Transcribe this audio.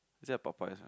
is there a Popeyes anot